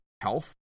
health